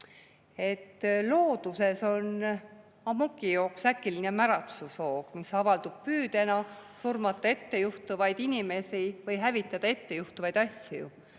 Looduses on amokijooks äkiline märatsushoog, mis avaldub püüdena surmata ettejuhtuvaid inimesi või hävitada ettejuhtuvaid asju.